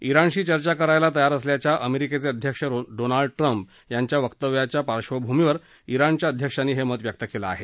इराणशी चर्चा करायला तयार असल्याच्या अमेरिकेचे अध्यक्ष डोनाल्ड ट्रम्प यांच्या वक्तव्याच्या पार्श्वभूमीवर इराणच्या अध्यक्षांनी हे मत व्यक्त केलं आहे